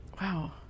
Wow